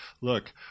look